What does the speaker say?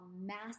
massive